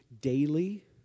daily